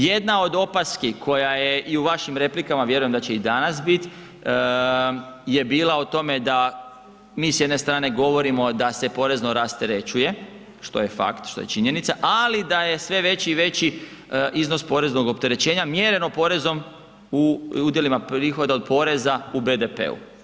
Jedna od opaski koja je i u vašim replikama a vjerujem da će i danas biti je bila o tome da mi s jedne strane govorimo da se porezno rasterećuje, što je fakt, što je činjenica ali da je sve veći i veći iznos poreznog opterećenja mjereno porezom u udjelima prihoda od poreza u BDP-u.